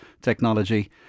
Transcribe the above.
technology